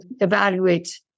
evaluate